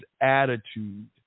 attitude